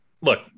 look